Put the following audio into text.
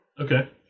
Okay